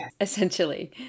essentially